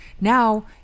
now